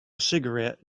cigarette